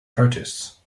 protests